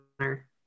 honor